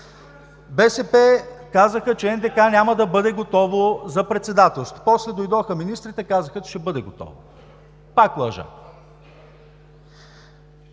БСП казаха, че НДК няма да бъде готов за председателството. После дойдоха министрите и казаха, че ще бъде готов. Пак лъжа.